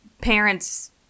parents